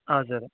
हजुर